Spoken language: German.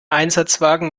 einsatzwagen